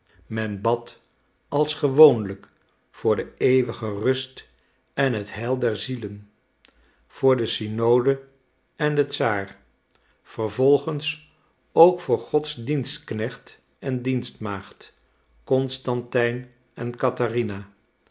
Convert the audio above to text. men bad als gewoonlijk voor de eeuwige rust en het heil der zielen voor de synode en den czaar vervolgens ook voor gods dienstknecht en dienstmaagd constantijn en catharina